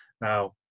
Now